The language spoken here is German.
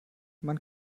man